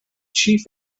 chief